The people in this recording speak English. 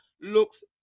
looks